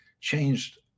changed